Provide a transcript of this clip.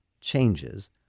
changes